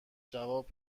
جواب